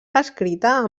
escrita